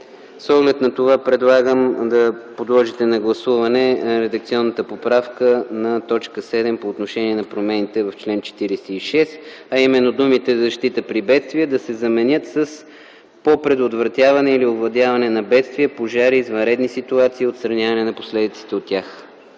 С оглед на това предлагам да подложите на гласуване редакционната поправка на т. 7 по отношение на промените в чл. 46, а именно думите „за защита при бедствия” да се заменят с „по предотвратяване или овладяване на бедствия, пожари, извънредни ситуации и отстраняване на последиците от тях”.